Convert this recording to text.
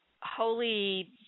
Holy